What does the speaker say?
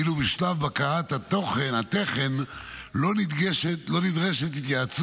ואילו בשלב בקרת התכן לא נדרשים התייעצות